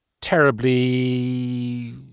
terribly